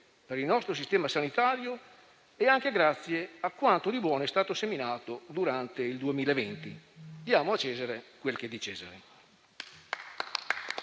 per il nostro sistema sanitario, è anche grazie a quanto di buono è stato seminato durante il 2020. Diamo a Cesare quel che è di Cesare.